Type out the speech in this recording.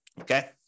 okay